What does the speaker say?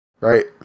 Right